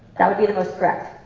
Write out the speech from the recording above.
that would be the most correct.